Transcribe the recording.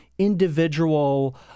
individual